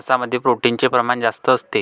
मांसामध्ये प्रोटीनचे प्रमाण जास्त असते